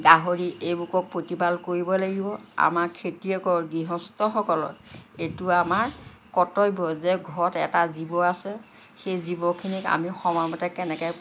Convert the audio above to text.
গাহৰি এইবোৰকো প্ৰতিপাল কৰিব লাগিব আমাৰ খেতিয়কৰ গৃহস্থসকলৰ এইটো আমাৰ কৰ্তব্য যে ঘৰত এটা জীৱ আছে সেই জীৱখিনিক আমি সময়মতে কেনেকৈ